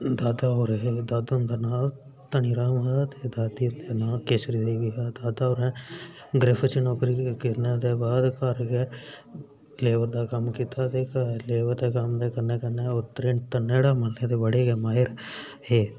दादा होर हे दादा हुंदा नांऽ धनी राम हा ते दादी दा नांऽ केसरी देवी हा दादा होरें ग्रिफ्फ च नौकरी करने दे बाद घर गै लेबर दा कम्म कीता ते लेबर दे कम्म कन्नै कन्नै ओह् धनेड़ा मलने दे बड़े गै माहिर हे